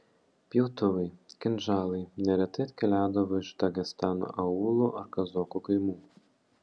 pjautuvai kinžalai neretai atkeliaudavo iš dagestano aūlų ar kazokų kaimų